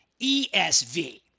esv